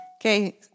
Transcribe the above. Okay